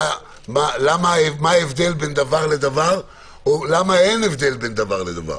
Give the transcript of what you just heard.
מה ההבדל בין דבר לדבר או למה אין הבדל בין דבר לדבר.